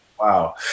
Wow